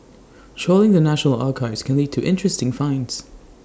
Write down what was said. trawling the national archives can lead to interesting finds